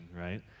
Right